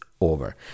over